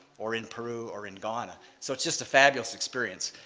or in peru, or in ghana. so it's just a fabulous experience.